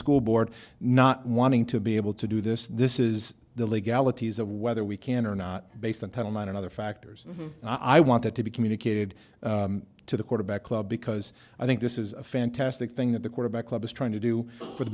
school board not wanting to be able to do this this is the legalities of whether we can or not based on title nine and other factors i wanted to be communicated to the quarterback club because i think this is a fantastic thing that the quebec club is trying to do for the